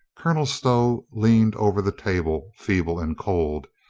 colonel stow leaned over the table, feeble and cold.